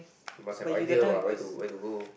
must have idea what where to where to go